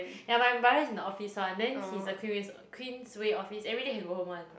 ya my brother is in the office one then he's the Queenways Queensway office everyday can go home [one]